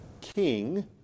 king